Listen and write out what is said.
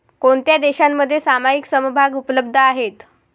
कोणत्या देशांमध्ये सामायिक समभाग उपलब्ध आहेत?